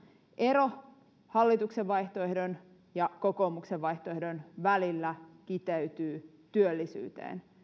ero hallituksen vaihtoehdon ja kokoomuksen vaihtoehdon välillä kiteytyy työllisyyteen